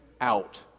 out